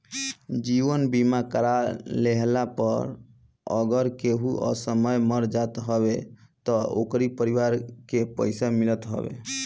जीवन बीमा करा लेहला पअ अगर केहू असमय मर जात हवे तअ ओकरी परिवार के पइसा मिलत हवे